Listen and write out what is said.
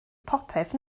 popeth